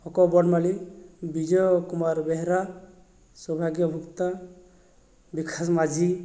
hook Banamali Bijay Kumar Behera Saubhagya Bhukta Bikash Majhi